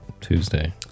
Tuesday